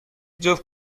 جفت